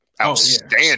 outstanding